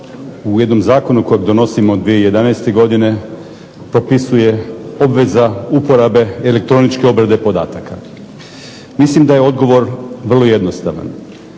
u jednom zakonu kojeg donosimo 2011. godine propisuje obveza uporabe elektronične obrade podataka. Mislim da je odgovor vrlo jednostavan.